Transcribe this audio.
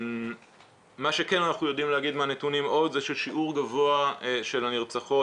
מה שכן אנחנו יודעים להגיד מהנתונים עוד זה ששיעור גבוה של הנרצחות